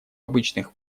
обычных